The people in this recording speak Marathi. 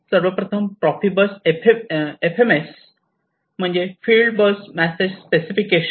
सर्वप्रथम प्रोफिबस FMS म्हणजे फिल्डबस मेसेज स्पेसिफिकेशन